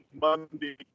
monday